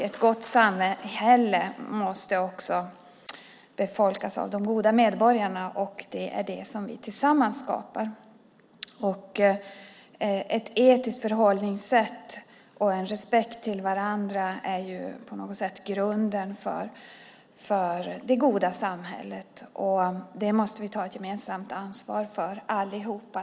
Ett gott samhälle måste också befolkas av de goda medborgarna. Det är det som vi tillsammans skapar. Ett etiskt förhållningssätt och respekt för varandra är grunden för det goda samhället. Det måste vi alla ta ett gemensamt ansvar för.